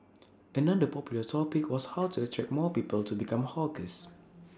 another popular topic was how to attract more people to become hawkers